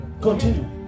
continue